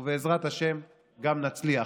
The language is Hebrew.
ובעזרת השם גם נצליח.